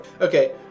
Okay